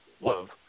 love